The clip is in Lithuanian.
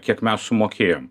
kiek mes sumokėjom